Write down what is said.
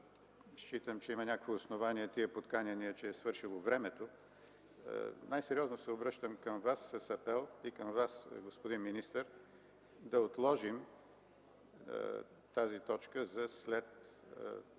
да считам, че имат основания тези подканяния, че е свършило времето, най-сериозно се обръщам към вас с апел, и към Вас, господин министър, да отложим тази точка за след